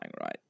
right